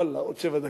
ואללה, עוד שבע דקות.